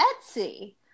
Etsy